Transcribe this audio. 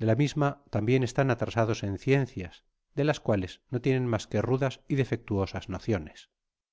de la misma tambien están atrasados en ciencias de las cuales no tienen mas que rudas y defectuosas nociones